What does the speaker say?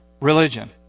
religion